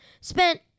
spent